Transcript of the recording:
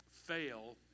fail